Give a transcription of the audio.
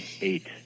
eight